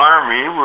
Army